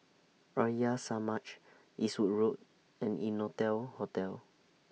Arya Samaj Eastwood Road and Innotel Hotel